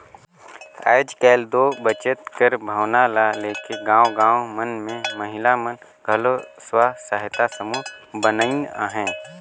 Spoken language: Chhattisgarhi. आएज काएल दो बचेत कर भावना ल लेके गाँव गाँव मन में महिला मन घलो स्व सहायता समूह बनाइन अहें